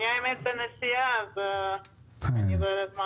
אהלן, ודיע עואד,